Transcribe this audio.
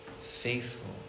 faithful